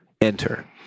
Enter